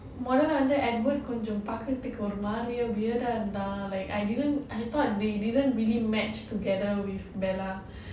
மொதல்ல வந்து:modhalla vandhu edward கொஞ்சம் பார்க்கருத்துக்கு ஒரு மாதிரியா:konjam paarkkaruthukku oru maathiriyaa weird ah இருந்தா:irundaa like I didn't I thought they didn't really match together with bella